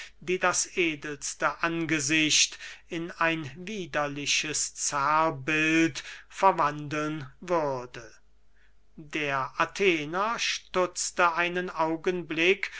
die das edelste angesicht in ein widerliches zerrbild verwandeln würde der athener stutzte einen augenblick